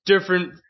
different